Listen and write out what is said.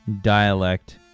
dialect